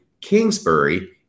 Kingsbury